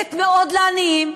שדואגת מאוד לעניים,